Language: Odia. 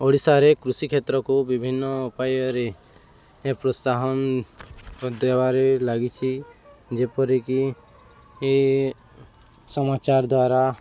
ଓଡ଼ିଶାରେ କୃଷି କ୍ଷେତ୍ରକୁ ବିଭିନ୍ନ ଉପାୟରେ ପ୍ରୋତ୍ସାହନ ଦେବାରେ ଲାଗିଛି ଯେପରିକି ଏ ସମାଚାର ଦ୍ୱାରା